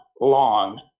long